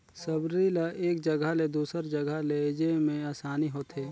सबरी ल एक जगहा ले दूसर जगहा लेइजे मे असानी होथे